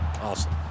Awesome